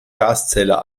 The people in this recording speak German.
gaszähler